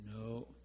no